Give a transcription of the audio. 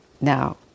Now